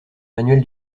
manuel